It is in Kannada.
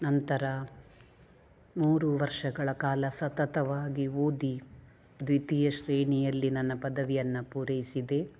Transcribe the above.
ನಂತರ ಮೂರು ವರ್ಷಗಳ ಕಾಲ ಸತತವಾಗಿ ಓದಿ ದ್ವಿತೀಯ ಶ್ರೇಣಿಯಲ್ಲಿ ನನ್ನ ಪದವಿಯನ್ನು ಪೂರೈಸಿದೆ